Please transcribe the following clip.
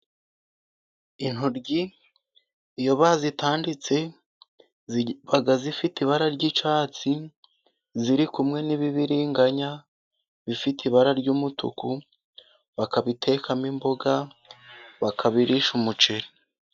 Intoryi iyo ba zitanditse ziba zifite ibara ry'icyatsi, ziri kumwe n'ibibiriganya, bifite ibara ry'umutuku bakabitekamo imboga, bakabirisha umuceri.